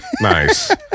Nice